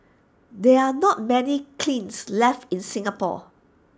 there are not many kilns left in Singapore